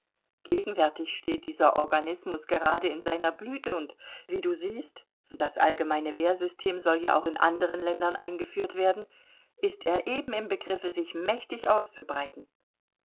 gegenwärtig steht dieser organismus gerade in seiner blüte und wie du siehst das allgemeine wehrsystem soll ja auch in anderen ländern eingeführt werden ist er eben im begriffe sich mächtig auszubreiten